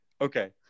Okay